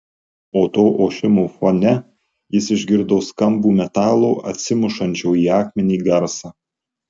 o to ošimo fone jis išgirdo skambų metalo atsimušančio į akmenį garsą